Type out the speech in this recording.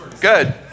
Good